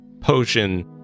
potion